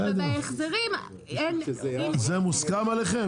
בסדר, זה מוסכם עליכם?